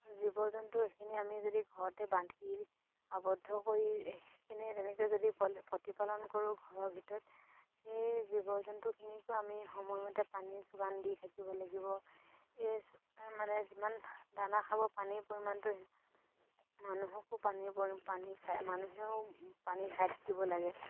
জীৱ জন্তু এইখিনি আমি যদি ঘৰতে বান্ধি আবদ্ধ কৰি সেইখিনি তেনেকে যদি প্ৰতিপালন কৰোঁ ঘৰৰ ভিতৰত সেই জীৱ জন্তুখিনিকো আমি সময়মতে পানী যোগান দি থাকিব লাগিব এই মানে যিমান দানা খাব পানীৰ পৰিমাণটো মানুহকো পানী পৰি পানী খাই মানুহেও পানী খাই থাকিব লাগে